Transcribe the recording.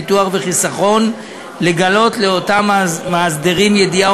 ביטוח וחיסכון לגלות לאותם מאסדרים ידיעה